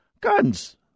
Guns